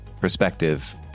perspective